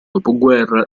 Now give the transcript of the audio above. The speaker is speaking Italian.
dopoguerra